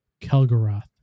Kelgaroth